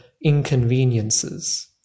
inconveniences